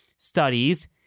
studies